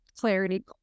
clarity